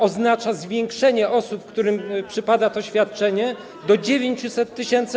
oznacza zwiększenie liczby osób, którym przypada to świadczenie, do 900 tys.